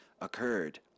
occurred